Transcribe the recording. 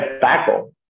backbone